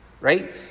Right